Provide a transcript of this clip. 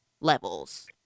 levels